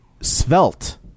svelte